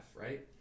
right